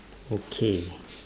okay